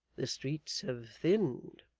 the streets have thinned